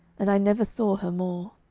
and i never saw her more.